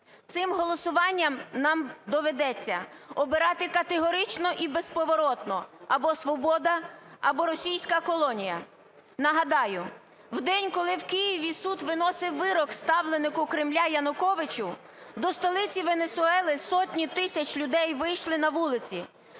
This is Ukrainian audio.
Цим голосуванням нам доведеться обирати категорично і безповоротно: або свобода, або російська колонія. Нагадаю, в день, коли в Києві суд виносив вирок ставленику Кремля Януковичу, до столиці Венесуели сотні тисяч людей вийшли на вулиці,